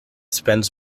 spends